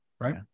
right